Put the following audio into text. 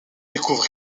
découvre